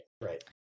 Right